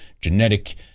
genetic